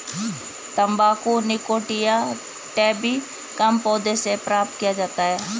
तंबाकू nicotiana tabacum पौधे से प्राप्त किया जाता है